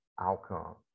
outcome